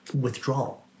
withdrawal